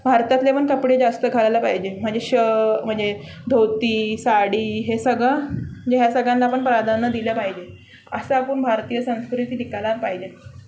भारतातले पण कपडे जास्त घालायला पाहिजे म्हणजे श म्हणजे धोती साडी हे सगळं जे ह्या सगळ्यांला पण प्राधान्य दिलं पाहिजे असं आपण भारतीय संस्कृती टिकायला पाहिजे